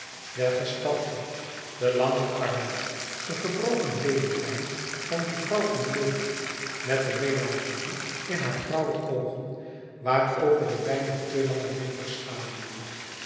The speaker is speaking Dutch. der gestalte de lange armen de gebroken lelie lijn van die vrouw van leed met de melancholie in haar grauwe oogen waarover de bijna te lange wimpers schaduwden